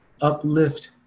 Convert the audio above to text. Uplift